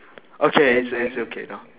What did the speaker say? okay it's err it's okay now